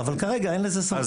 אבל כרגע אין אפשרות.